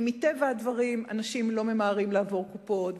כי מטבע הדברים אנשים לא ממהרים לעבור קופות,